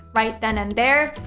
right then and there.